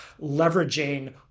leveraging